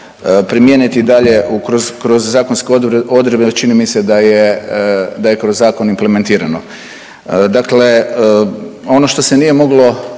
primijeniti dalje kroz, kroz zakonske odredbe čini mi se da je, da je kroz zakon implementirano. Dakle, ono što se nije moglo